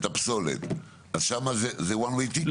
את הפסולת, אז שם זה one way ticket.